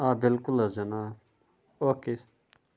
آ بِلکُل حظ جِناب اوٚکے